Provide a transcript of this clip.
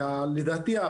לדעתי,